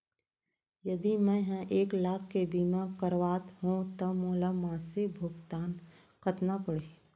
यदि मैं ह एक लाख के बीमा करवात हो त मोला मासिक भुगतान कतना पड़ही?